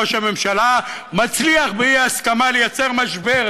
ראש הממשלה מצליח בלי הסכמה לייצר משבר.